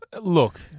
Look